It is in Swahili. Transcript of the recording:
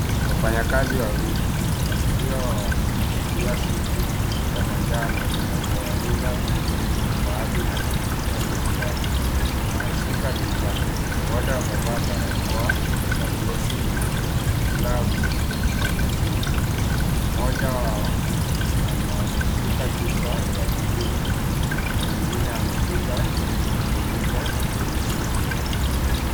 Wafanyakazi wawili wakiwa wamevalia suti za manjano zinazowalinda baadhi ya kemikali, wameshika vifaa. Wote wamevaa barakoa za ngesi na glavu za machungwa. Mmoja wao anashika chupa ya bluu na mwingine ameshika kifuniko cheusi.